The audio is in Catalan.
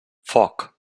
foc